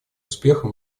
успеха